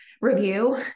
review